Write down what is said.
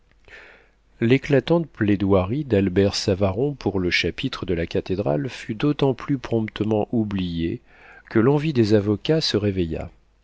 l'éclatante plaidoirie d'albert savaron pour le chapitre de la cathédrale fut d'autant plus promptement oubliée que l'envie des avocats se réveilla